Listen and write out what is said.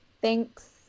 thanks